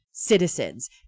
Citizens